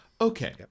Okay